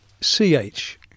C-H